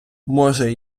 може